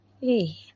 Hey